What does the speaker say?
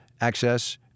access